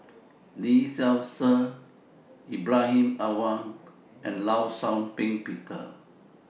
Lee Seow Ser Ibrahim Awang and law Shau Ping Peter